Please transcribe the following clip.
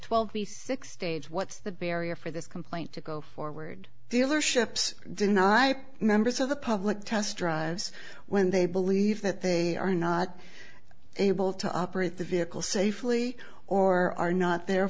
twelve b six stage what's the barrier for this complaint to go forward dealerships deny members of the public trust drs when they believe that they are not able to operate the vehicle safely or are not the